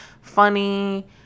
funny